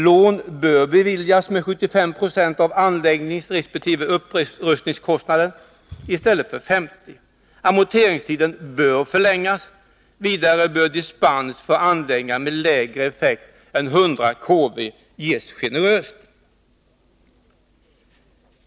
Lån bör beviljas med 75 96 av anläggningsresp. upprustningskostnaderna i stället för med 50 20. Amorteringstiden bör förlängas. Vidare bör dispens för anläggningar med lägre effekt än 100 kW ges generöst.